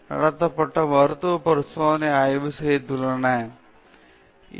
நோய்வாய்ப்பட்ட நோயாளிகள் மற்றும் ஊனமுற்ற குடிமக்களுக்கு அவர்களது அனுமதியும் அனுமதியுமின்றி செயற்படுத்தப்பட்டது